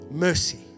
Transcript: Mercy